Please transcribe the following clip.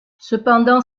cependant